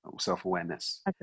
self-awareness